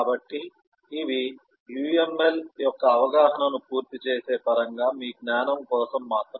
కాబట్టి ఇవి UML యొక్క అవగాహనను పూర్తి చేసే పరంగా మీ జ్ఞానం కోసం మాత్రమే